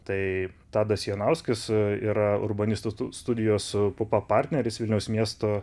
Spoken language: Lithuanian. tai tadas jonauskis yra urbanistų stu studijos pupa partneris vilniaus miesto